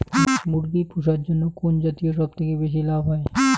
মুরগি পুষার জন্য কুন জাতীয় সবথেকে বেশি লাভ হয়?